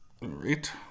Right